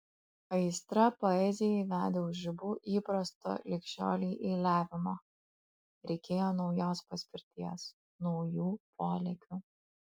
aistra poezijai vedė už ribų įprasto lig šiolei eiliavimo reikėjo naujos paspirties naujų polėkių